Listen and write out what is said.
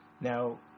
Now